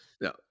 No